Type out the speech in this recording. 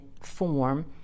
form